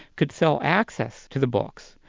could sell access to the books,